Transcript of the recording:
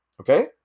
Okay